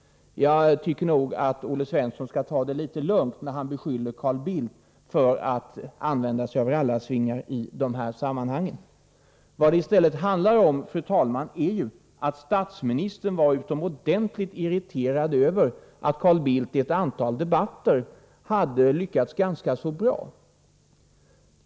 Jag tycker nog att Olle Svensson skall ta det litet lugnt när han Se Carl Bildt för att använda sig av rallarsvingar Vad det i stället handlar om, fru talman, är att statsministern var utomordentligt irriterad över att Carl Bildt i ett antal debatter hade lyckats bra.